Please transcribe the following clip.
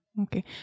Okay